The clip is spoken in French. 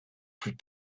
plus